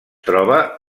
troba